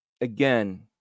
again